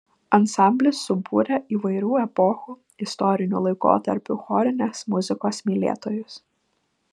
ansamblis subūrė įvairių epochų istorinių laikotarpių chorinės muzikos mylėtojus